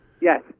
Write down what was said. yes